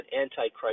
anti-Christ